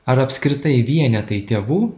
ar apskritai vienetai tėvų